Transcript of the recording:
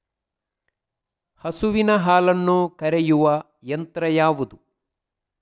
ಹಸುವಿನ ಹಾಲನ್ನು ಕರೆಯುವ ಯಂತ್ರ ಯಾವುದು?